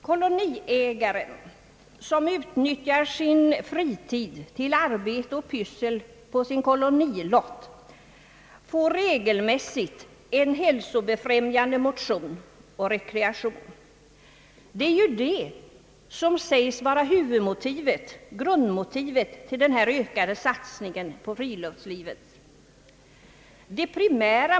Kolonistugeägaren, som utnyttjar sin fritid till arbete och pyssel på sin kolonilott, får regelmässigt en hälsobefrämjande motion och rekreation, alltså det som säges vara grundmotivet till den nu föreslagna ökade satsningen på friluftslivet. Det primära.